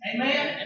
Amen